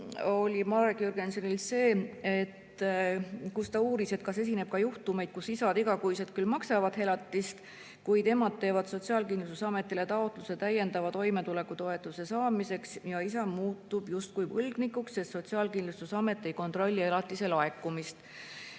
oli Marek Jürgensonil see: ta uuris, kas esineb juhtumeid, kus isad küll iga kuu maksavad elatist, kuid emad teevad Sotsiaalkindlustusametile taotluse täiendava toimetulekutoetuse saamiseks ja isa muutub justkui võlgnikuks, sest Sotsiaalkindlustusamet ei kontrolli elatise laekumist. Esimesele